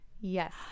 Yes